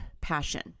passion